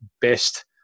best